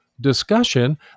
discussion